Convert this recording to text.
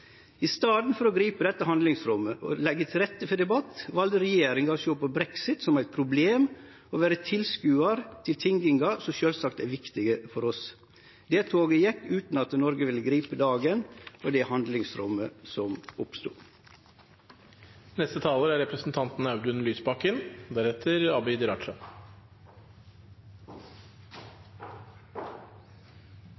I staden for å gripe dette handlingsrommet og leggje til rette for debatt valde regjeringa å sjå på brexit som eit problem og vere tilskodar til tingingar som sjølvsagt er viktige for oss. Det toget gjekk – utan at Noreg ville gripe dagen og det handlingsrommet som